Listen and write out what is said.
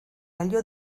halló